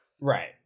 Right